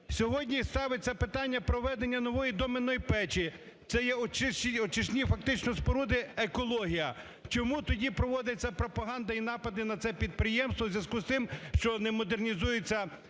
Сьогодні ставиться питання проведення нової доменної печі, це є очисні фактично споруди, екологія. Чому тоді проводиться пропаганда і напади на це підприємство у зв'язку з тим, що не модернізуються